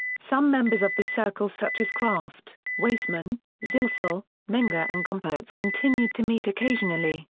some members of the circle such as kraft, waismann, zilsel, menger and gomperz continued to meet occasionally.